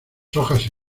hojas